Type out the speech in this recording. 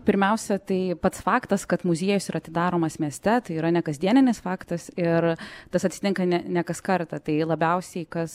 pirmiausia tai pats faktas kad muziejus yra atidaromas mieste tai yra ne kasdienis faktas ir tas atsitinka ne ne kas kartą tai labiausiai kas